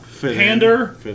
pander